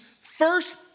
first